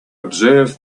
observe